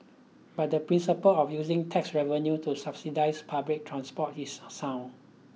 but the principle of using tax revenue to subsidise public transport is sound